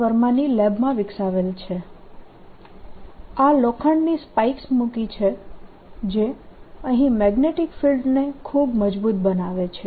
વર્માની લેબમાં વિકસાવેલ છે આ લોખંડની સ્પાઇક્સ મૂકી છે જે અહીં મેગ્નેટીક ફિલ્ડને ખૂબ મજબૂત બનાવે છે